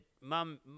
mum